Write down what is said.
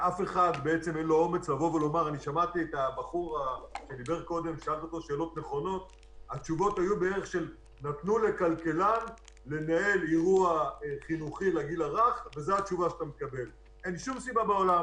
אין שום סיבה בעולם